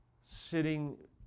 sitting